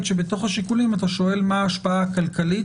שבתוך השיקולים אתה שואל מה ההשפעה הכלכלית,